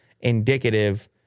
indicative